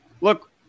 look